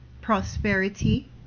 prosperity